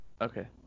okay